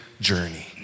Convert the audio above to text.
journey